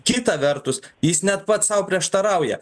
kita vertus jis net pats sau prieštarauja